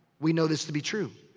we know this to be true.